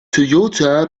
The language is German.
toyota